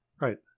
right